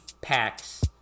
packs